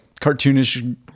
cartoonish